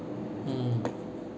mm